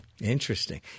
Interesting